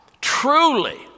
truly